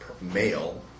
male